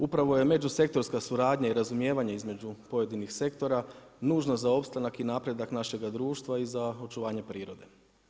Upravo je međusektorska suradnja i razumijevanje između pojedinih sektora nužna za opstanak i napredak našega društva i za očuvanje prirode.